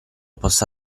possa